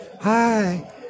Hi